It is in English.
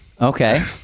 Okay